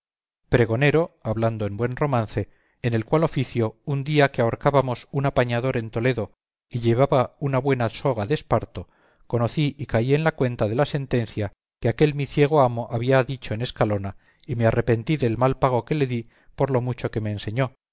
pregonero hablando en buen romance en el cual oficio un día que ahorcábamos un apañador en toledo y llevaba una buena soga de esparto conocí y caí en la cuenta de la sentencia que aquel mi ciego amo había dicho en escalona y me arrepentí del mal pago que le di por lo mucho que me enseñó